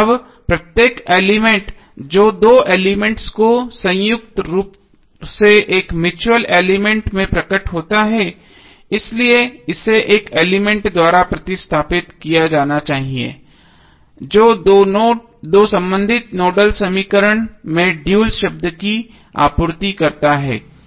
अब प्रत्येक एलिमेंट जो दो एलिमेंट्स को संयुक्त रूप से एक म्यूच्यूअल एलिमेंट में प्रकट होता है इसलिए इसे एक एलिमेंट द्वारा प्रतिस्थापित किया जाना चाहिए जो दो संबंधित नोडल समीकरण में ड्यूल शब्द की आपूर्ति करता है